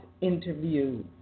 interview